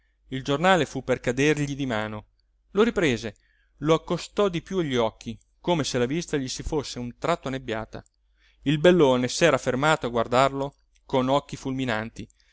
il giornale fu per cadergli di mano lo riprese lo accostò di piú agli occhi come se la vista gli si fosse a un tratto annebbiata il bellone s'era fermato a guardarlo con occhi fulminanti